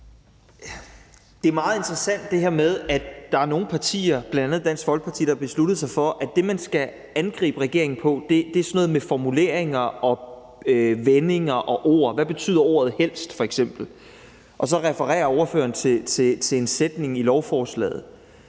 Det er meget interessant, at der er nogle partier, bl.a. Dansk Folkeparti, der har besluttet sig for, at det, man skal angribe regeringen på, er sådan noget med formuleringer og vendinger og ord. Hvad betyder ordet helst f.eks.? – og så refererer ordføreren til en sætning i lovforslaget.